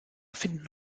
finden